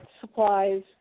supplies